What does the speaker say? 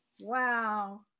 Wow